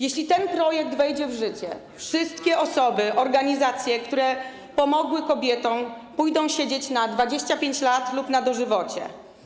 Jeśli ten projekt wejdzie w życie, wszystkie osoby, członkowie organizacji, które pomogły kobietom, pójdą siedzieć na 25 lat lub na dożywocie.